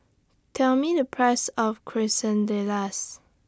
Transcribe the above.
Tell Me The Price of Quesadillas